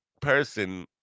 person